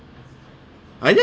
I think